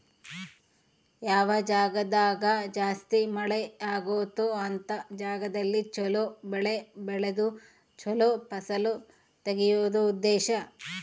ಯಾವ ಜಾಗ್ದಾಗ ಜಾಸ್ತಿ ಮಳೆ ಅಗುತ್ತೊ ಅಂತ ಜಾಗದಲ್ಲಿ ಚೊಲೊ ಬೆಳೆ ಬೆಳ್ದು ಚೊಲೊ ಫಸಲು ತೆಗಿಯೋದು ಉದ್ದೇಶ